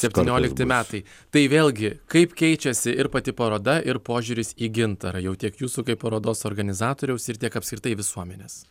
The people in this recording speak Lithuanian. septyniolikti metai tai vėlgi kaip keičiasi ir pati paroda ir požiūris į gintarą jau tiek jūsų kaip parodos organizatoriaus ir tiek apskritai visuomenės